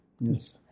Yes